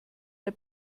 der